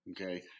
Okay